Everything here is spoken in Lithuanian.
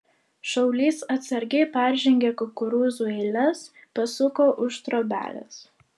šaulys atsargiai peržengė kukurūzų eiles pasuko už trobelės